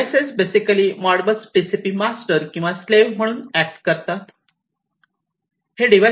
हे devices basically Modbus TCP master किंवा slave म्हणून ऍक्ट करतात